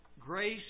grace